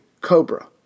Cobra